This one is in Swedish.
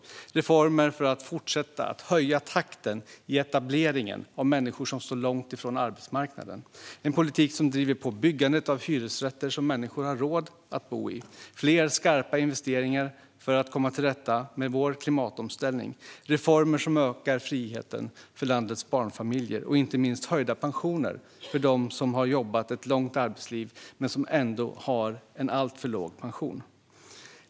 Det handlar om reformer för att fortsätta att höja takten i etableringen av människor som står långt ifrån arbetsmarknaden. Det är en politik som driver på byggandet av hyresrätter som människor har råd att bo i. Det handlar om fler skarpa investeringar för att komma till rätta med vår klimatomställning, om reformer som ökar friheten för landets barnfamiljer och inte minst om höjda pensioner för dem som har jobbat ett långt arbetsliv men som ändå har en alltför låg pension.